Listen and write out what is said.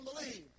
believe